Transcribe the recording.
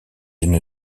une